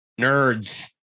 Nerds